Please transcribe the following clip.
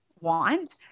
want